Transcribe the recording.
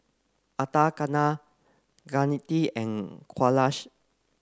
Atal Kaneganti and Kailash